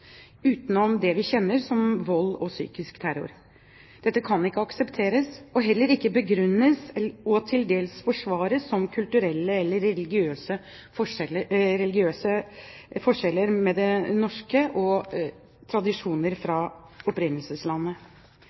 utenom det vi kjenner som vold og psykisk terror. Dette kan ikke aksepteres, og heller ikke begrunnes og til dels forsvares med kulturelle eller religiøse forskjeller og tradisjoner mellom vertslandet og opprinnelseslandet. Det